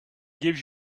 gives